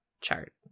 chart